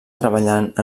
treballant